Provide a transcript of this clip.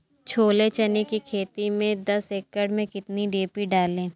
छोले चने की खेती में दस एकड़ में कितनी डी.पी डालें?